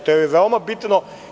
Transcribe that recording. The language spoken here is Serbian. To je veoma bitno.